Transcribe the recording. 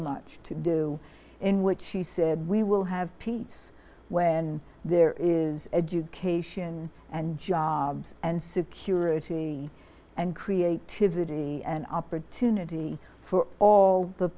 much to do in which she said we will have peace when there is education and jobs and security and creativity and opportunity for all the